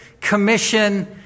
Commission